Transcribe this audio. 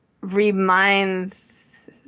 reminds